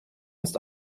ist